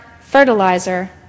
fertilizer